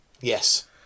Yes